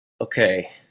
Okay